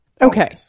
Okay